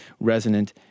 resonant